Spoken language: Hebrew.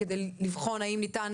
כדי לבחון האם ניתן